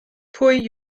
pwy